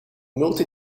multi